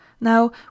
now